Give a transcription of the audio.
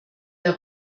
der